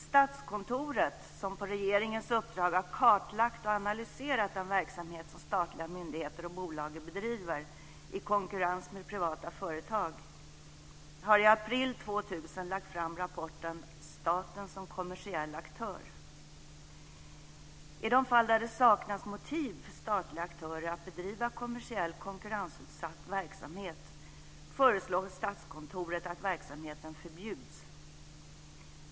Statskontoret, som på regeringens uppdrag har kartlagt och analyserat den verksamhet som statliga myndigheter och bolag bedriver i konkurrens med privata företag, lade i april 2000 fram rapporten Staten som kommersiell aktör. I de fall där det saknas motiv för statliga aktörer att bedriva kommersiell konkurrensutsatt verksamhet föreslår Statskontoret att verksamheten förbjuds.